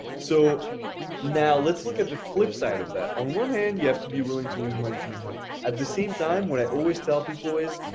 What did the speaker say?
so now let's look at the flip side of that, on one hand, you have to be willing to lose money to make money. at the same time, what i always tell people is,